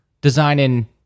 designing